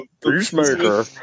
Peacemaker